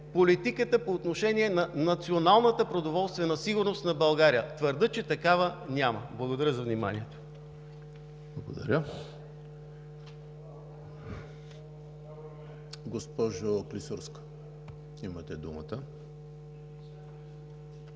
политиката по отношение на националната продоволствена сигурност на България. Твърдя, че такава няма. Благодаря за вниманието.